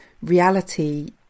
Reality